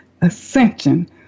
ascension